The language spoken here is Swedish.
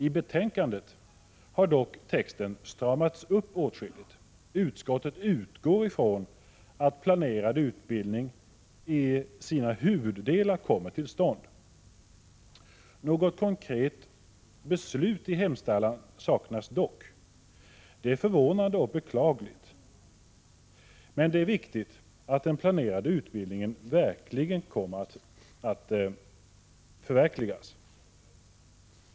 I betänkandet har dock texten stramats upp åtskilligt: ”Utskottet utgår från att planerad utbildning i sina huvuddelar kommer till stånd.” I hemställan saknas dock konkret förslag till beslut. Det är förvånande och beklagligt. Det är viktigt att den planerade utbildningen verkligen kommer till stånd.